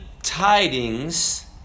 tidings